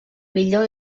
millor